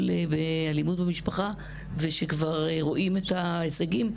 באלימות במשפחה ושכבר רואים את ההישגים,